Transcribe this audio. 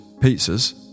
pizzas